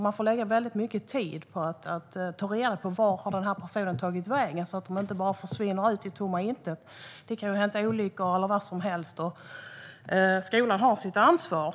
Man får lägga mycket tid på att ta reda på vart personer har tagit vägen så att de inte bara förvinner ut i tomma intet. Det kan ju ha inträffat olyckor eller vad som helst. Skolan har sitt ansvar.